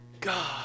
God